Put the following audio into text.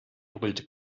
brüllte